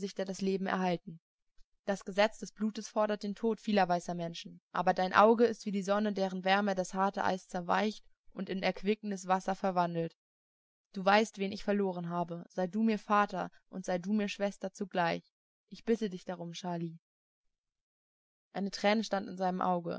das leben erhalten das gesetz des blutes fordert den tod vieler weißer menschen aber dein auge ist wie die sonne deren wärme das harte eis zerweicht und in erquickendes wasser verwandelt du weißt wen ich verloren habe sei du mir vater und sei du mir schwester zugleich ich bitte dich darum scharlih eine träne stand in seinem auge